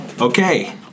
Okay